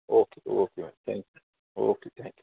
okay okay thank you okay thank you